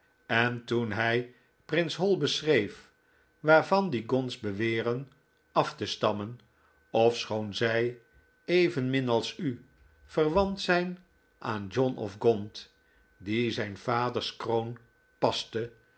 en toen hij prins hal beschreef waarvan die gaunts beweren af te stammen ofschoon zij evenmin als u verwant zijn aan john of gaunt die zijn vaders kroon paste